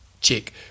check